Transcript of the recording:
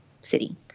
city